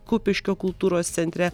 kupiškio kultūros centre